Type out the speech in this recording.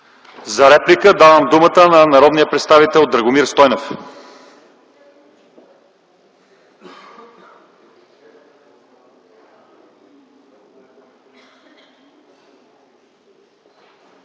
За реплика давам думата на народния представител Драгомир Стойнев.